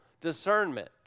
discernment